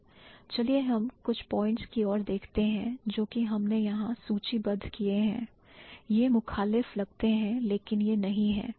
चलिए हम कुछ पॉइंट की ओर देखते हैं जो कि हमने यहां सूचीबद्ध किए हैं यह मुखालिफ लगते हैं लेकिन यह नहीं हैं